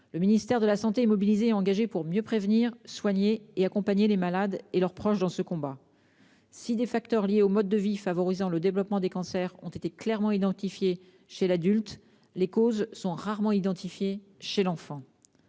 la santé et de la prévention est mobilisé et engagé pour mieux prévenir, soigner et accompagner les malades et leurs proches dans ce combat. Si des facteurs liés au mode de vie favorisant le développement des cancers ont été clairement identifiés chez l'adulte, les causes sont rarement identifiées chez l'enfant.